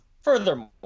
furthermore